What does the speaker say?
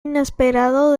inesperado